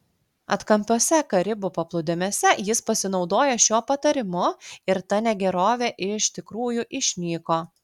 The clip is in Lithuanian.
atkampiuose karibų paplūdimiuose jis pasinaudojo šiuo patarimu ir ta negerovė iš tikrųjų išnyko